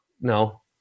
No